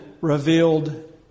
revealed